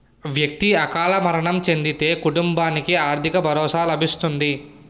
వ్యక్తి అకాల మరణం చెందితే కుటుంబానికి ఆర్థిక భరోసా లభిస్తుంది